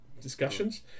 discussions